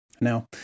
Now